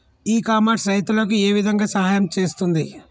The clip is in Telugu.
ఇ కామర్స్ రైతులకు ఏ విధంగా సహాయం చేస్తుంది?